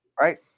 right